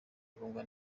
ngombwa